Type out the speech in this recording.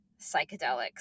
psychedelics